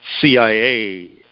CIA